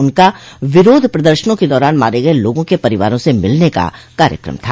उनका विरोध प्रदर्शनों के दौरान मारे गये लोगों के परिवारों से मिलने का कार्यक्रम था